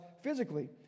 physically